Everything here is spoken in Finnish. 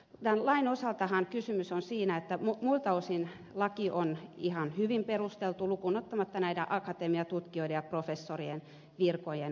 tämän lain osaltahan kysymys on siinä että muilta osin laki on ihan hyvin perusteltu lukuun ottamatta näiden akatemiatutkijoiden ja professorien virkojen osalta